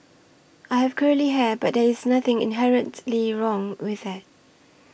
I have curly hair but there is nothing inherently wrong with it